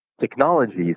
technologies